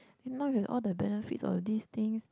then now we have all the benefits of these things